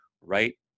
right